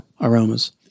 aromas